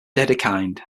dedekind